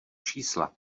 čísla